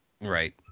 Right